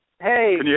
Hey